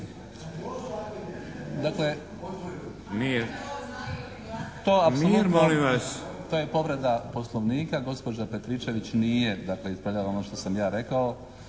to je povreda Poslovnika. Gospođa Petričević nije dakle ispravljala ono što sam ja rekao.